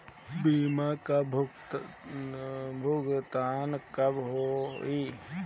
बीमा का भुगतान कब होइ?